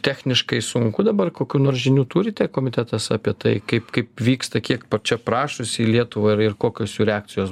techniškai sunku dabar kokių nors žinių turite komitetas apie tai kaip kaip vyksta kiek pačia prašosi į lietuvą ir ir kokios jų reakcijos